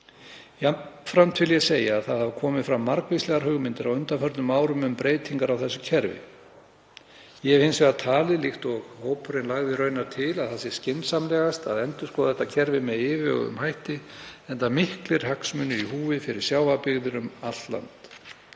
Jafnframt vil ég segja að það hafa komið fram margvíslegar hugmyndir á undanförnum árum um breytingar á þessu kerfi. Ég hef hins vegar talið, líkt og hópurinn lagði raunar til, að það sé skynsamlegast að endurskoða þetta kerfi með yfirveguðum hætti enda miklir hagsmunir í húfi fyrir sjávarbyggðir um allt land.